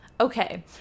Okay